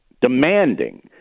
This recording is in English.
demanding